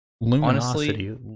luminosity